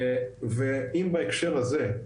ואם בהקשר הזה,